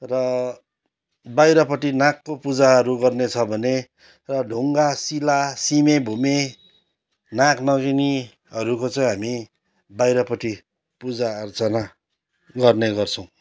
र बाहिरपट्टि नागको पूजाहरू गर्ने छ भने र ढुङ्गा शिला सिमेभुमे नागनगिनीहरूको चाहिँ हामी बाहिरपट्टि पूजा आर्चना गर्ने गर्छौँ